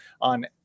on